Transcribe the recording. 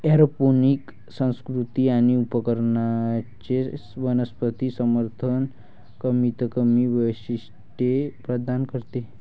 aeroponic संस्कृती आणि उपकरणांचे वनस्पती समर्थन कमीतकमी वैशिष्ट्ये प्रदान करते